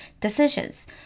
decisions